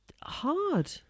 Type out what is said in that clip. hard